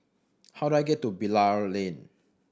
how do I get to Bilal Lane